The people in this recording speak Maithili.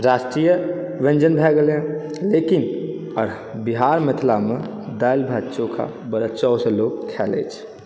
राष्ट्रीय व्यञ्जन भए गेलै हँ लेकिन बिहार मिथिलामे दालि भात चोखा बड़ा चावसँ लोक खा लै छै